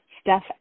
Steph